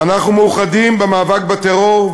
ואנחנו מאוחדים במאבק בטרור,